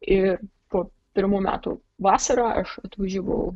ir po pirmų metų vasarą aš atvažiavau